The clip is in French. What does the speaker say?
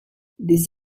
des